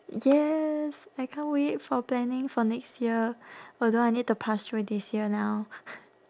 yes I can't wait for planning for next year although I need to pass through this year now